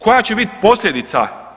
Koja će bit posljedica?